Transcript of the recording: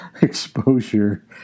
exposure